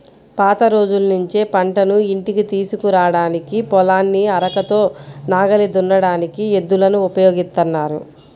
పాత రోజుల్నుంచే పంటను ఇంటికి తీసుకురాడానికి, పొలాన్ని అరకతో నాగలి దున్నడానికి ఎద్దులను ఉపయోగిత్తన్నారు